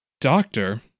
Doctor